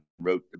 wrote